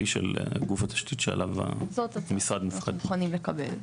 של גוף התשתית שעליו המשרד מופקד״.